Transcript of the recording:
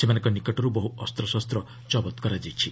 ସେମାନଙ୍କ ନିକଟରୁ ବହୁ ଅସ୍ତ୍ରଶସ୍ତ କରାଯାଇଛି